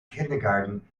kindergarten